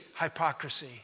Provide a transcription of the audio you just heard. hypocrisy